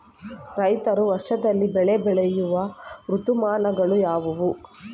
ರೈತರು ವರ್ಷದಲ್ಲಿ ಬೆಳೆ ಬೆಳೆಯುವ ಋತುಮಾನಗಳು ಯಾವುವು?